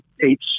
eight